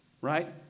right